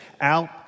out